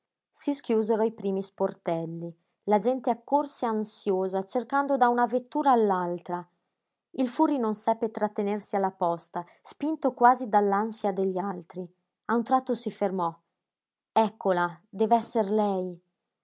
si schiusero i primi sportelli la gente accorse ansiosa cercando da una vettura all'altra il furri non seppe trattenersi alla posta spinto quasi dall'ansia degli altri a un tratto si fermò eccola dev'esser lei